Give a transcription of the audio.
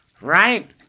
Right